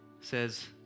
says